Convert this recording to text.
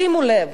שימו לב